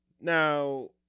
Now